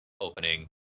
opening